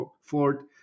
Ford